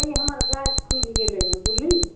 यै हमर गाय खुलि गेलै हन बुललियै